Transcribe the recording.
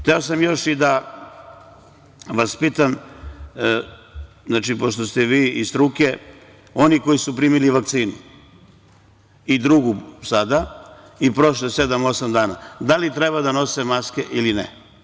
Hteo sam još i da vas pitam pošto ste vi iz struke, oni koji su primili vakcinu i drugu sada, prošlo je sedam osam dana, da li treba da nose maske ili ne?